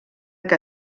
que